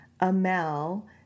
Amel